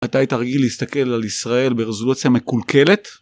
אתה היית רגיל להסתכל על ישראל ברזולוציה מקולקלת?